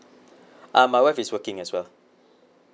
uh my wife is working as well